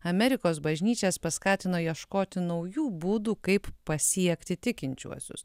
amerikos bažnyčias paskatino ieškoti naujų būdų kaip pasiekti tikinčiuosius